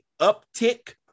uptick